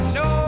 no